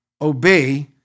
Obey